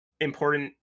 important